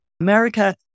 America